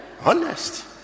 honest